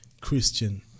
Christian